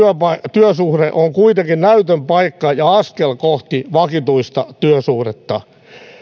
työsuhde on kuitenkin näytön paikka ja ja askel kohti vakituista työsuhdetta